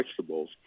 vegetables